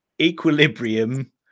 Equilibrium